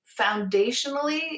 foundationally